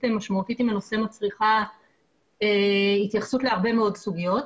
משמעותית עם הנושא מצריכה התייחסות להרבה מאוד סוגיות.